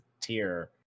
tier